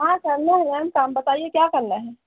हाँ करना है मैम काम बताइए क्या करना है